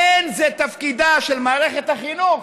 אין זה תפקידה של מערכת החינוך